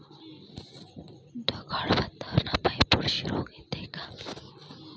ढगाळ वातावरनापाई बुरशी रोग येते का?